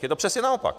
Je to přesně naopak.